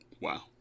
Wow